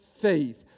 faith